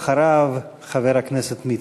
אחריו, חבר הכנסת מצנע.